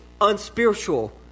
unspiritual